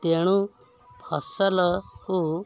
ତେଣୁ ଫସଲକୁ